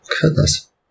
goodness